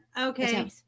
Okay